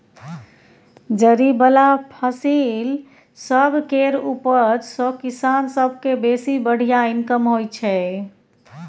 जरि बला फसिल सब केर उपज सँ किसान सब केँ बेसी बढ़िया इनकम होइ छै